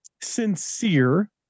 sincere